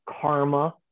karma